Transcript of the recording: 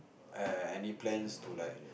err any plans to like